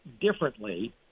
differently